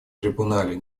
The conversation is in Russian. трибунале